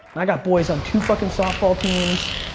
i got boys on two fucking softball teams,